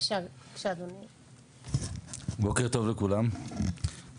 בוקר טוב לכולם,